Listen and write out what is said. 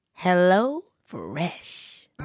HelloFresh